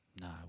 No